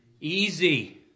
Easy